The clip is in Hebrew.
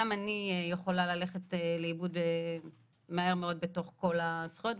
גם אני יכולה ללכת לאיבוד מהר מאוד בתוך כל הזכויות.